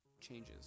Changes